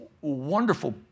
wonderful